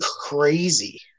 crazy